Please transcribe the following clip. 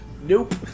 Nope